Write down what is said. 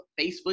Facebook